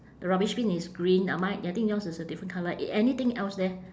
the rubbish bin is green uh mine I think yours is a different colour a~ anything else there